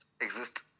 exist